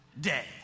day